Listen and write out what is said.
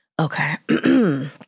Okay